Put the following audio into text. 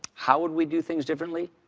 how would we do things differently?